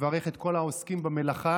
מברך את כל העוסקים במלאכה.